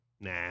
nah